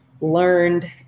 learned